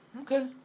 Okay